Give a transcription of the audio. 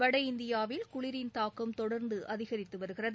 வடஇந்தியாவில் குளிரின் தாக்கம் தொடர்ந்து அதிகரித்து வருகிறது